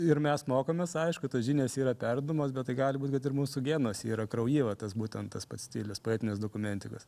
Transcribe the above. ir mes mokomės aišku tos žinios yra perduodamos bet tai gali būt kad ir mūsų genuose yra kraujy va tas būtent tos pastilės poetinės dokumentikos